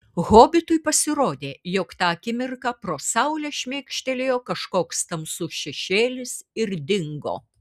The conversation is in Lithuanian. hobitui pasirodė jog tą akimirką pro saulę šmėkštelėjo kažkoks tamsus šešėlis ir dingo